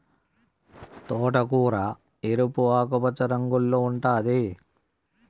తోటకూర ఎరుపు, ఆకుపచ్చ రంగుల్లో ఉంటాది